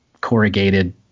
corrugated